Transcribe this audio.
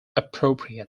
appropriate